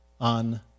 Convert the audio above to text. on